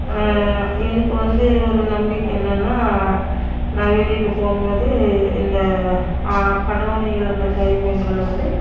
எனக்கு வந்து ஒரு நம்பிக்கை என்னன்னால் நான் வெளியில் போகும்போது இந்த கணவனை இழந்த கைம்பெண்கள் வந்து